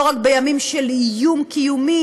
לא רק בימים של איום קיומי